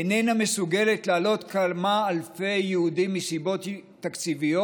איננה מסוגלת להעלות כמה אלפי יהודים מסיבות תקציביות?